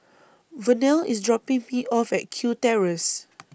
Vernell IS dropping Me off At Kew Terrace